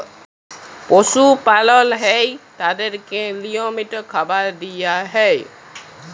পশু পালল হ্যয় তাদেরকে লিয়মিত খাবার দিয়া হ্যয়